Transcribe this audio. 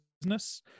business